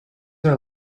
are